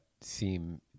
seem